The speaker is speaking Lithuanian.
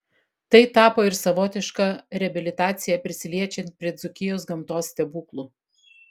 tai tapo ir savotiška reabilitacija prisiliečiant prie dzūkijos gamtos stebuklų